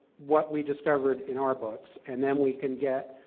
what we discovered in our books. and then we can get,